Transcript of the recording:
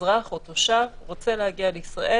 אזרח או תושב, רוצה להגיע לישראל.